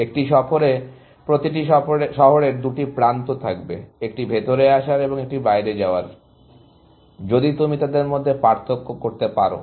একটি সফরে প্রতিটি শহরের দুটি প্রান্ত থাকবে একটি ভেতরে আসার এবং একটি বাইরে যাওয়ার যদি তুমি তাদের মধ্যে পার্থক্য করতে পারো